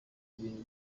ibintu